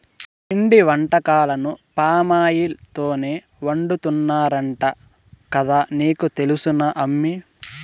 పిండి వంటకాలను పామాయిల్ తోనే వండుతున్నారంట కదా నీకు తెలుసునా అమ్మీ